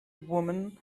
woman